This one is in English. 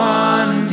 one